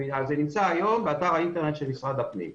זה נמצא היום באתר האינטרנט של משרד הפנים.